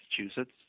Massachusetts